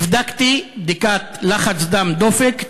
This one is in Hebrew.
נבדקתי בדיקת לחץ דם ודופק.